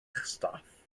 staff